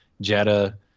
Jetta